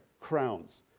crowns